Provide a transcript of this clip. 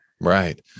Right